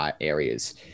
areas